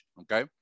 okay